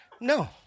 No